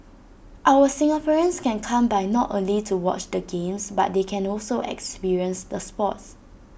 our Singaporeans can come by not only to watch the games but they can also experience the sports